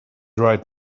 right